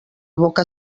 boca